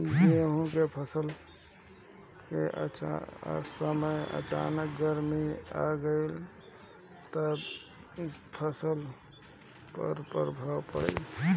गेहुँ के फसल के समय अचानक गर्मी आ जाई त फसल पर का प्रभाव पड़ी?